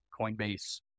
Coinbase